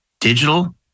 digital